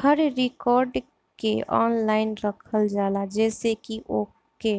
हर record के online रखल जाला जेसे की ओके